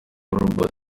robert